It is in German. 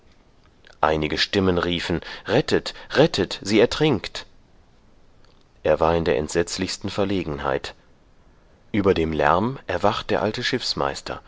einige stimmen riefen rettet rettet sie ertrinkt er war in der entsetzlichsten verlegenheit über dem lärm erwacht der alte